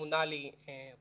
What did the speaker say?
מונה לי אפוטרופוס,